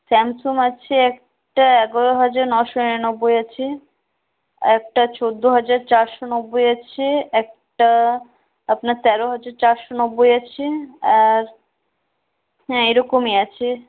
Samsung আছে একটা এগারো হাজার নশো নিরানব্বই আছে একটা চোদ্দো হাজার চারশো নব্বই আছে একটা আপনার তেরো হাজার চারশো নব্বই আছে আর হ্যাঁ এরকমই আছে